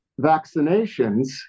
vaccinations